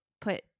put